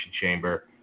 Chamber